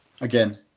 Again